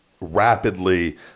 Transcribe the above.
rapidly